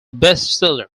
bestseller